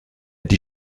die